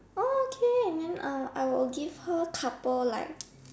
oh okay then uh I will give her couple like